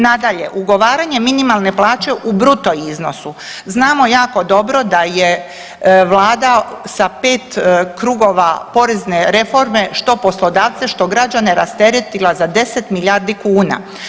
Nadalje, ugovaranje minimalne plaće u bruto iznosu, znamo jako dobro da je Vlada sa 5 krugova porezne reforme što poslodavce, što građane rasteretila za 10 milijardi kuna.